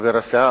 כחבר הסיעה,